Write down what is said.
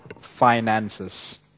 Finances